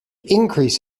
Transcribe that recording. increase